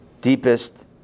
deepest